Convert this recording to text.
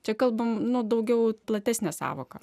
čia kalbam nu daugiau platesnė sąvoka